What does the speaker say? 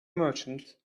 merchant